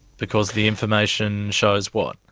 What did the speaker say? because the information shows what?